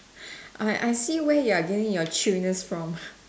I I see where you're getting your chillness from